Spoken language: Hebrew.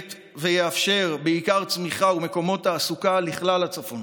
ויאפשר בעיקר צמיחה ומקומות תעסוקה לכלל הצפון.